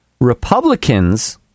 Republicans